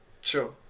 sure